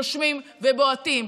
נושמים ובועטים,